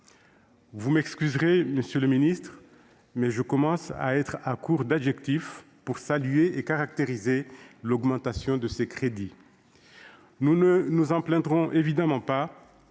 de m'excuser, monsieur le garde des sceaux, mais je commence à être à court d'adjectifs pour saluer et caractériser l'augmentation de ces crédits ! Nous ne nous en plaindrons évidemment pas,